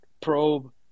probe